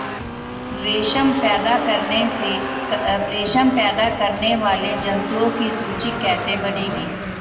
रेशम पैदा करने वाले जंतुओं की सूची कैसे बनेगी?